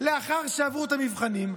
לאחר שעברו את המבחנים,